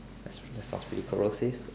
that's that sounds pretty corrosive